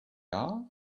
are